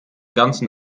ganzen